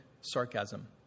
sarcasm